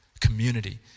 Community